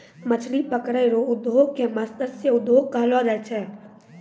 मछली पकड़ै रो उद्योग के मतस्य उद्योग कहलो जाय छै